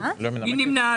אני אומר יותר מזה.